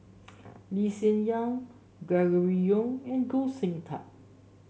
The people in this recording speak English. Lee Hsien Yang Gregory Yong and Goh Sin Tub